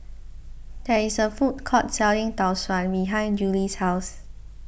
there is a food court selling Tau Suan behind Julie's house